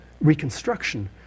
reconstruction